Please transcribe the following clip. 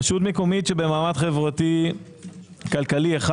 רשות מקומית שבמעמד חברתי כלכלי 1